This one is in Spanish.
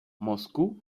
moscú